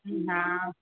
ہاں